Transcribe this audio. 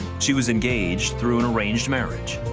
she was engaged through an arranged marriage.